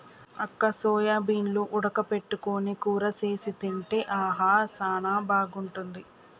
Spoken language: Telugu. అక్క సోయాబీన్లు ఉడక పెట్టుకొని కూర సేసి తింటే ఆహా సానా బాగుంటుంది